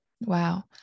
Wow